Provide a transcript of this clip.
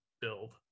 build